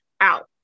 Out